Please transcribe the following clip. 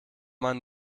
man